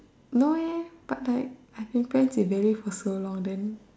no eh but like I have been friends with Bailey for so long then